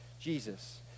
Jesus